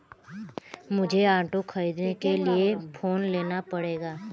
मुझे ऑटो खरीदने के लिए लोन लेना पड़ेगा